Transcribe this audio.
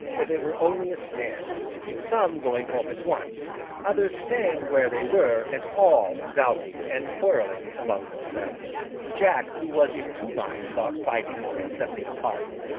for they were only a snare some going home at once others staying where they were and all doubting and quarrelling among themselves. jack, who was in two minds about fighting or accepting a pardon,